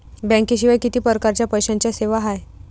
बँकेशिवाय किती परकारच्या पैशांच्या सेवा हाय?